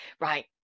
right